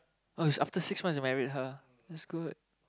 oh it's after six months I married her the school